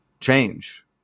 change